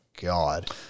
God